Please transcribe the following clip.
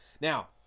now